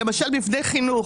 מבני חינוך.